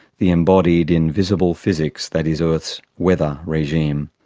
the embodied, invisible physics that is earth's weather regime.